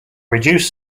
reduced